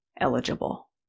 eligible